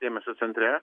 dėmesio centre